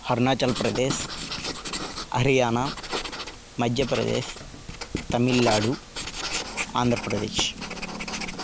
Arunachal Pradesh Haryana Madhya Pradesh Tamil Nadu Andhra Pradesh